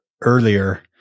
earlier